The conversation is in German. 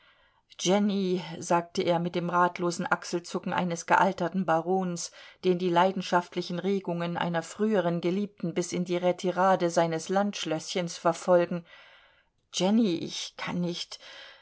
jenny sagte er mit dem ratlosen achselzucken eines gealterten barons den die leidenschaftlichen regungen einer früheren geliebten bis in die retirade seines landschlößchens verfolgen jenny ich kann nicht